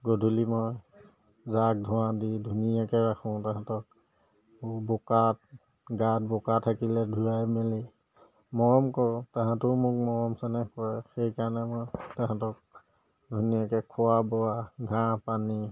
গধূলি মই জাক ধোৱা দি ধুনীয়াকৈ ৰাখোঁ তাহাঁতক বোকাত গাত বোকা থাকিলে ধুৱাই মেলি মৰম কৰোঁ তাহাঁতেও মোক মৰম চেনেহ কৰে সেইকাৰণে মই তেহেঁতক ধুনীয়াকৈ খোৱা বোৱা ঘাঁহ পানী